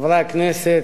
חברי הכנסת,